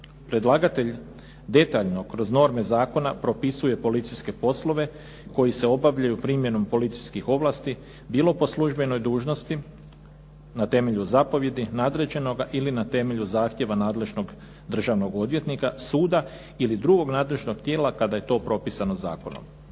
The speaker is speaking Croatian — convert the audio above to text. Predlagatelj detaljno kroz norme zakona propisuje policijske poslove koji se obavljaju primjenom policijskih ovlasti bilo po službenoj dužnosti na temelju zapovijedi nadređenoga ili na temelju zahtjeva nadležnog državnog odvjetnika, suda ili drugog nadležnog tijela kada je to propisano zakonom.